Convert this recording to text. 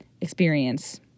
experience